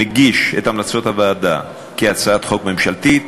אני מגיש את המלצות הוועדה כהצעת חוק ממשלתית.